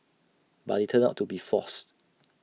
but IT turned out to be false